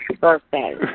birthday